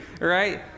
Right